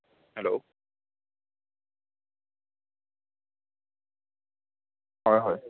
hello হয় হয়